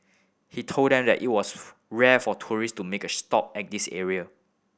he told that them it was rare for tourist to make a stop at this area